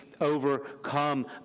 overcome